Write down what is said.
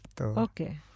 Okay